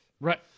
Right